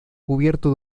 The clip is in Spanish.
cubierto